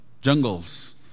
jungles